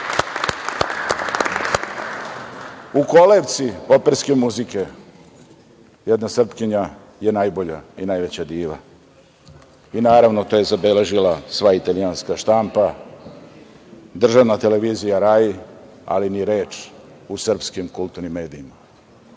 U kolevci operske muzike jedna Srpkinja je najbolja i najveća diva. Naravno, to je zabeležila sva italijanska štampa, državna televizija „Rai“, ali ni reč u srpskim kulturnim medijima.